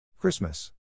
Christmas